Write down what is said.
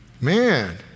Man